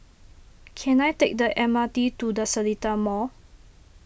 can I take the M R T to the Seletar Mall